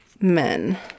men